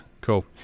cool